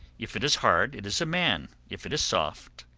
if it is hard, it is a man if it is soft,